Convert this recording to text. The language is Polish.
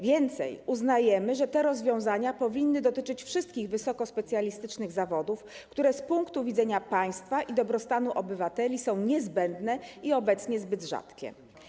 Więcej, uznajemy, że te rozwiązania powinny dotyczyć wszystkich wysokospecjalistycznych zawodów, które z punktu widzenia państwa i dobrostanu obywateli są niezbędne i obecnie zbyt rzadkie.